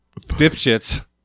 dipshits